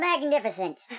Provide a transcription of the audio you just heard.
Magnificent